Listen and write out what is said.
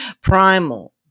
primal